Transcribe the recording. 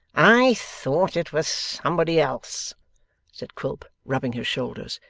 i thought it was somebody else said quilp, rubbing his shoulders,